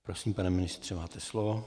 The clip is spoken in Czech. Prosím, pane ministře, máte slovo.